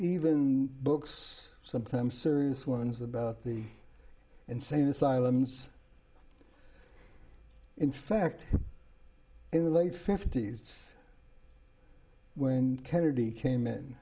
even books sometimes serious ones about the insane asylums in fact in the late fifty's when kennedy came in